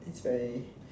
it's very